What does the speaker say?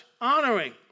Honoring